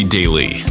Daily